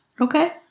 Okay